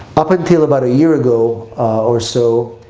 up until about a year ago or so,